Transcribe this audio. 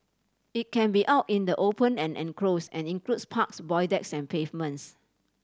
it can be out in the open and enclosed and includes parks void decks and pavements